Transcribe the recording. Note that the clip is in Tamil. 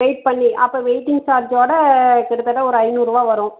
வெயிட் பண்ணி அப்போ வெயிட்டிங் சார்ஜோடு கிட்டத்தட்ட ஒரு ஐநூறுபா வரும்